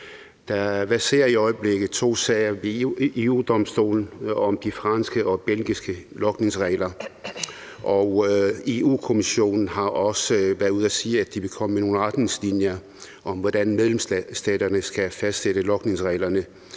Der verserer i øjeblikket to sager ved EU-Domstolen om de franske og belgiske logningsregler, og Europa-Kommissionen har også været ude og sige, at de vil komme med nogle retningslinjer om, hvordan medlemsstaterne skal fastsætte logningsreglerne,